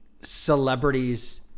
celebrities